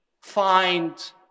find